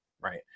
right